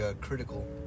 critical